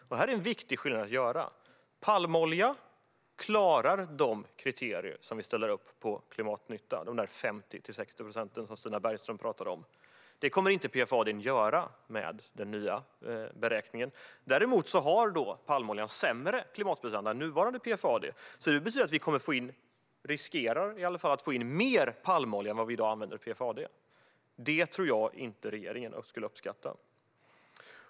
Detta är en viktig skillnad att göra: Palmolja klarar de kriterier vi ställer upp för klimatnytta - de där 50-60 procent Stina Bergström talade om. Det kommer inte PFAD att göra med den nya beräkningen. Däremot har palmoljan sämre klimatprestanda än nuvarande PFAD, vilket betyder att vi i alla fall riskerar att få in mer palmolja än dagens nivå av PFAD. Det tror jag inte att regeringen skulle uppskatta.